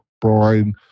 Brian